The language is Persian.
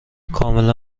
کاملا